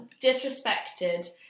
disrespected